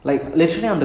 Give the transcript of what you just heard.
ah